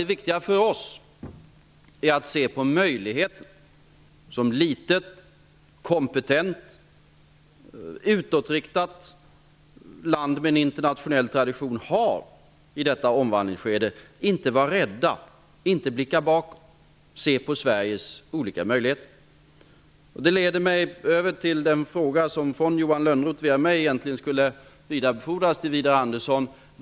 Det viktiga för oss är att se på den möjlighet som ett litet, kompetent och utåtriktat land med en internationell tradition har i detta omvandlingsskede och inte vara rädda och blicka bakåt. Vi måste se på Sveriges olika möjligheter. Det leder mig över till den fråga från Johan Lönnroth som via mig egentligen skulle vidarebefordras till Widar Andersson.